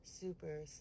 Super